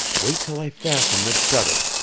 wait till i fasten this shutter.